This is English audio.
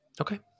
Okay